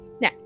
Now